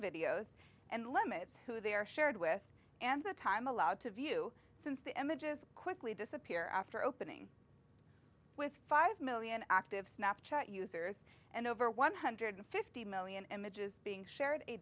videos and limits who they are shared with and the time allowed to view since the images quickly disappear after opening with five million active snapchat users and over one hundred fifty million images being shared a